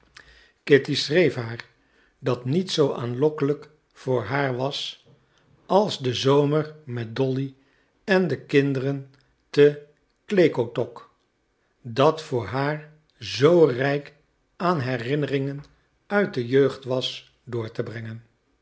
kitty schreef haar dat niets zoo aanlokkelijk voor haar was als den zomer met dolly en de kinderen te klekotok dat voor haar zoo rijk aan herinneringen uit de jeugd was door te brengen